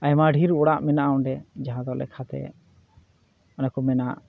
ᱟᱭᱢᱟ ᱰᱷᱮᱨ ᱚᱲᱟᱜ ᱢᱮᱱᱟᱜᱼᱟ ᱡᱟᱦᱟᱸᱫᱚ ᱞᱮᱠᱷᱟᱛᱮ ᱚᱱᱮᱠᱚ ᱢᱮᱱᱟ